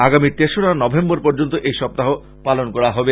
আগামী তেসোরা নভেম্বর পর্য্যন্ত এই সপ্তাহ পালন করা হবে